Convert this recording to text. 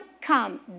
come